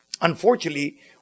unfortunately